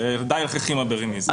די לחכימא ברמיזה.